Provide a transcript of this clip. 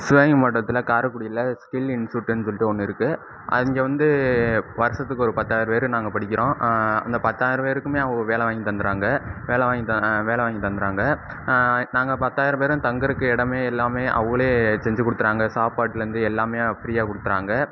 சிவகங்கை மாவட்டத்தில் காரைக்குடியில் ஸ்கில் இன்ஸ்டியூட்டுன்னு சொல்லிட்டு ஒன்று இருக்கு அங்கே வந்து வருஷத்துக்கு ஒரு பத்தாயிரம் பேர் நாங்கள் படிக்கிறோம் அந்த பத்தாயிரம் பேருக்கும் அவங்க வேலை வாங்கி தந்துடுறாங்க வேலை வாங்கி வேலை வாங்கி தந்துடுறாங்க நாங்கள் பத்தாயிரம் பேரும் தங்குகிறக்கு இடமே எல்லாம் அவங்களே செஞ்சு கொடுத்துறாங்க சாப்பாட்டுலேருந்து எல்லாம் ஃப்ரீயாக கொடுக்குறாங்க